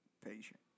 patient